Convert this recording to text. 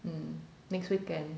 mm next weekend